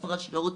הפרשות,